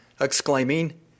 exclaiming